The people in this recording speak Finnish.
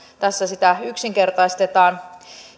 tässä sitä yksinkertaistetaan